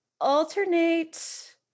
alternate